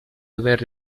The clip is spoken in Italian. aver